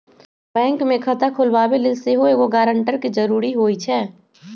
bank में खता खोलबाबे लेल सेहो एगो गरानटर के जरूरी होइ छै